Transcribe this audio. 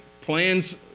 plans